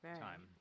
time